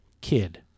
Kid